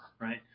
right